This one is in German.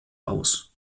aus